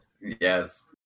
yes